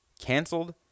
canceled